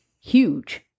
huge